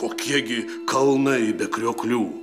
kokie gi kalnai be krioklių